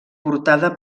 portada